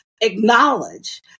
acknowledge